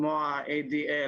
כמו ה-ADL,